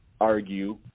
argue